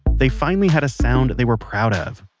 they finally had a sound they were proud of.